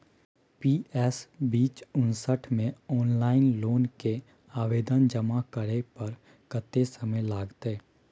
PS बीच उनसठ म ऑनलाइन लोन के आवेदन जमा करै पर कत्ते समय लगतै?